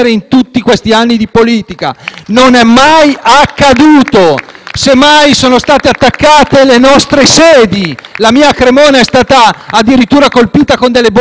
Semmai, sono state attaccate le nostre sedi: la mia, a Cremona, è stata addirittura colpita con delle bombe carta nelle settimane precedenti; ci hanno dipinto i muri; ci hanno